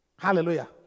Hallelujah